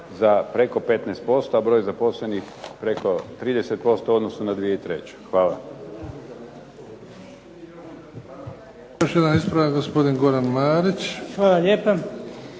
za preko 15% a broj zaposlenih preko 30% u odnosu na 2003. Hvala.